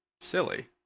silly